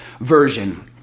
version